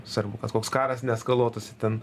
svarbu kad koks karas neeskaluotųsi ten